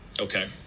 Okay